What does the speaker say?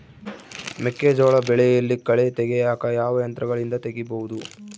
ಮೆಕ್ಕೆಜೋಳ ಬೆಳೆಯಲ್ಲಿ ಕಳೆ ತೆಗಿಯಾಕ ಯಾವ ಯಂತ್ರಗಳಿಂದ ತೆಗಿಬಹುದು?